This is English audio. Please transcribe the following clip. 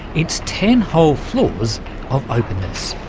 it's ten whole floors of openness.